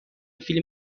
فیلم